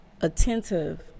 attentive